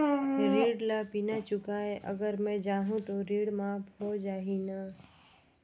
ऋण ला बिना चुकाय अगर मै जाहूं तो ऋण माफ हो जाही न?